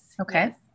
Okay